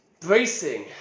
Bracing